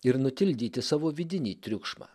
ir nutildyti savo vidinį triukšmą